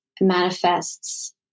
manifests